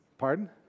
Pardon